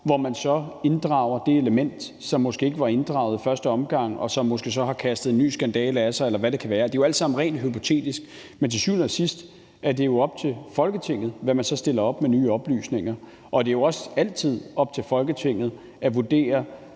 hvor man så inddrager det element, som måske ikke var inddraget i første omgang, og som måske så har kastet ny skandale af sig, eller hvad det kan være. Det er jo alt sammen rent hypotetisk, men til syvende og sidst er det jo op til Folketinget, hvad man så stiller op med nye oplysninger. Og det er jo også altid op til Folketinget at vurdere,